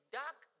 dark